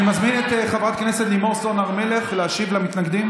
אני מזמין את חברת הכנסת לימור סון הר מלך להשיב למתנגדים.